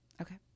Okay